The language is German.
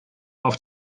auf